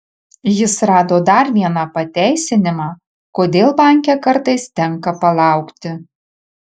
jis rado dar vieną pateisinimą kodėl banke kartais tenka palaukti